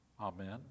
Amen